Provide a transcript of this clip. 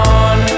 on